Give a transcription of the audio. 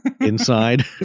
inside